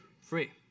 free